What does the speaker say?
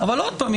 אבל עוד פעם,